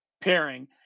pairing